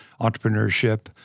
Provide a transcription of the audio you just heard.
entrepreneurship